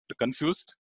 confused